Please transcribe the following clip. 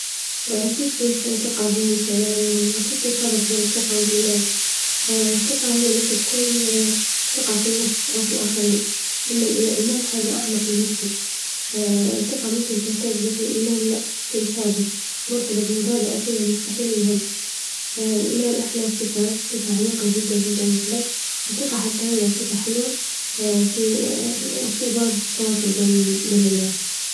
أكيد في ثقة بين أكيد في فرق بين الثقة والإيمان، الثقة هي إنك تكون ثقة في النفس أو في الآخرين ، أما الإيمان حاجة أعمق من هيكي الثقة ممكن تهتز، لكن اللإيمان لا شيء ثابت، مرتبط بمبادئ وقيم مستحيل ينهز، الإيمان أحلي صفة ، صفة عميقة جدا جدا جدا. وثقة حتى هي صفة حلوة، في وتفيد واجد في التواصل بين -بين الناس.